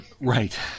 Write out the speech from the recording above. right